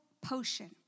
potion